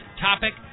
topic